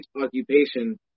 occupation